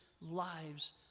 lives